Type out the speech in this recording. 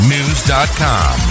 News.com